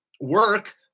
work